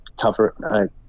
cover